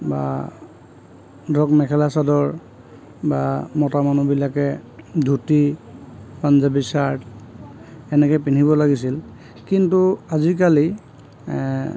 বা ধৰক মেখেলা চাদৰ বা মতা মানুহবিলাকে ধুতি পাঞ্জাৱী চাৰ্ট এনেকৈ পিন্ধিব লাগিছিল কিন্তু আজিকালি